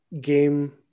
game